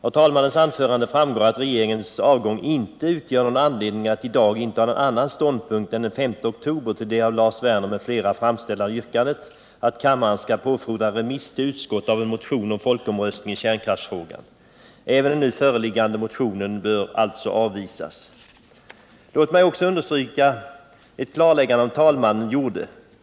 Av talmannens anförande framgår att regeringens avgång inte utgör någon anledning att i dag inta en annan ståndpunkt än den som intogs den 5 oktober till det av Lars Werner m.fl. framställda yrkandet att kammaren skall påfordra remiss till utskott av en motion om folkomröstning i kärnkraftsfrågan. Även den nu föreliggande motionen bör alltså avvisas. Låt mig också understryka ett klarläggande som talmannen gjorde.